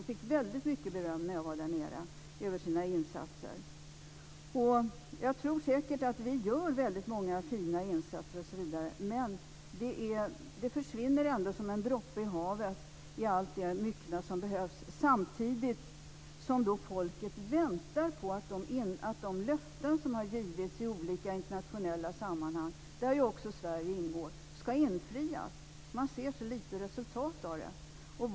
Polisen fick mycket beröm för sina insatser när jag var där nere. Jag tror säker att Sverige gör många fina insatser osv., men de försvinner ändå som en droppe i havet i allt det myckna som behövs. Samtidigt väntar folket på att de löften som har givits i olika internationella sammanhang, där ju också Sverige ingår, ska infrias. Man ser så lite resultat av det hela.